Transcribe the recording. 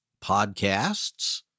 podcasts